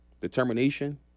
determination